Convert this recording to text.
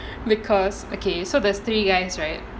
because okay so there's three guys right